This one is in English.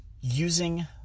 Using